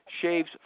shaves